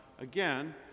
again